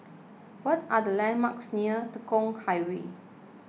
what are the landmarks near Tekong Highway